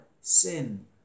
sin